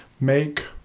make